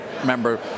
remember